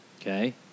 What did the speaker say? Okay